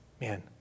Man